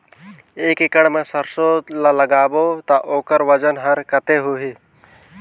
एक एकड़ मा सरसो ला लगाबो ता ओकर वजन हर कते होही?